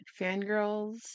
Fangirls